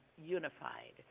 unified